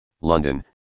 London